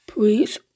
Please